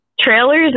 trailers